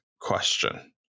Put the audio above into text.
question